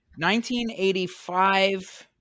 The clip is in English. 1985